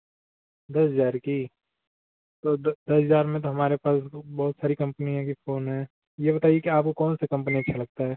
दस हज़ार की तो दस हज़ार में तो हमारे पास बहुत सारी कंपनियों के फ़ोन हैं यह बताइए कि आपको कौन से कंपनी अच्छा लगता है